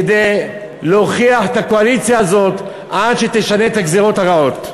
כדי להוכיח את הקואליציה הזאת עד שתשנה את הגזירות הרעות.